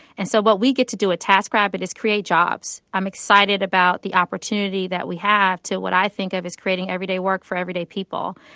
and so what we get to do at taskrabbit is create jobs. i'm excited about the opportunity that we have to what i think of is creating everyday work for everyday people.